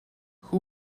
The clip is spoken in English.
who